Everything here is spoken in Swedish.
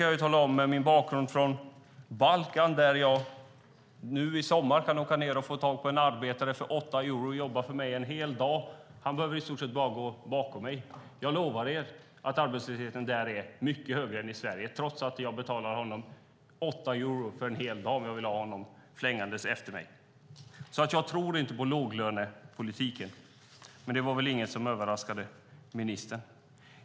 Jag har en bakgrund från Balkan, där jag nu i sommar kan åka ned och få tag på en arbetare som jobbar för mig en hel dag för åtta euro. Han behöver i stort sett bara gå bakom mig. Jag lovar er att arbetslösheten där är mycket högre än i Sverige trots att jag betalar honom åtta euro för en hel dag om jag vill ha honom flängande efter mig. Jag tror alltså inte på låglönepolitiken, men det var väl inget som överraskade ministern.